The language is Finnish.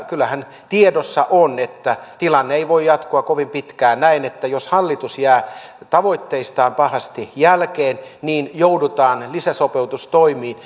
kyllähän tiedossa on että tilanne ei voi jatkua kovin pitkään näin että jos hallitus jää tavoitteistaan pahasti jälkeen niin joudutaan lisäsopeutustoimiin